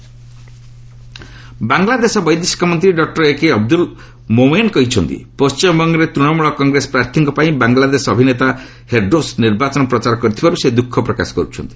Bangladesh actor TMC campaign Bangladesh ବୈଦେଶିକ ମନ୍ତ୍ରୀ doctor A K Abdul Momen କହିଛନ୍ତି ପଶ୍ଚିମବଙ୍ଗରେ ତୃଣମୂଳ କଂଗ୍ରେସ ପ୍ରାର୍ଥୀଙ୍କ ପାଇଁ ବାଂଲାଦେଶ ଅଭିନେତା ହେରଡୋସ୍ ନିର୍ବାଚନ ପ୍ରଚାର କରିଥିବାରୁ ସେ ଦୁଃଖପ୍ରକାଶ କର୍ଛନ୍ତି